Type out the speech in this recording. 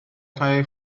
cae